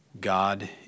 God